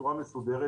בצורה מסודרת,